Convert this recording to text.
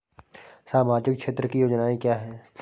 सामाजिक क्षेत्र की योजनाएँ क्या हैं?